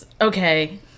Okay